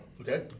Okay